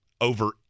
over